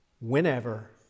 whenever